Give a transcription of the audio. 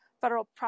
federal